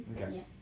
Okay